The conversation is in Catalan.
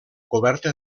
coberta